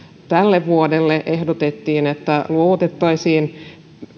tälle vuodelle ehdotettiin että luovuttaisiin